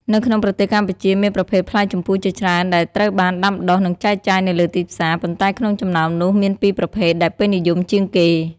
នៅក្នុងប្រទេសកម្ពុជាមានប្រភេទផ្លែជម្ពូជាច្រើនដែលត្រូវបានដាំដុះ និងចែកចាយនៅលើទីផ្សារ ប៉ុន្តែក្នុងចំណោមនោះមានពីរប្រភេទដែលពេញនិយមជាងគេ។